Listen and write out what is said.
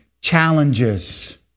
challenges